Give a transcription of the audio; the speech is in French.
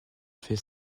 fait